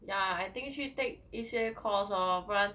ya I think 去 take 一些 course lor 不然